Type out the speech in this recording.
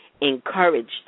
encouraged